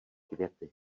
květy